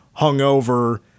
hungover